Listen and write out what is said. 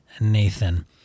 Nathan